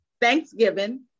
Thanksgiving